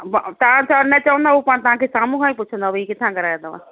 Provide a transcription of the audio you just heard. ब तव्हां चाहे न चवंदव हू पाण तव्हांखे साम्हूं खां ई पुछंदव ही किथां करायो अथव